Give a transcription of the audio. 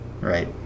right